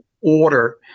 order